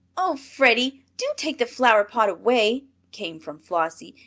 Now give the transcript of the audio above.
oh, freddie! do take the flower-pot away! came from flossie.